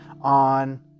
on